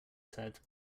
said